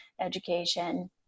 education